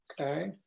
Okay